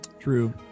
True